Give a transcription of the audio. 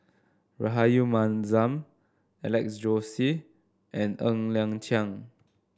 Rahayu Mahzam Alex Josey and Ng Liang Chiang